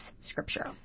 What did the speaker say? scripture